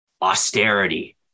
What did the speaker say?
austerity